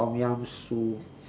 tom yum soup